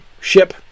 ship